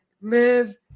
live